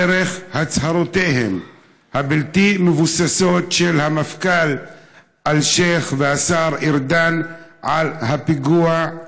דרך הצהרותיהם הבלתי-מבוססות של המפכ"ל אלשיך והשר ארדן על הפיגוע.